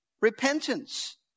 repentance